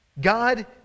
God